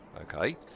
Okay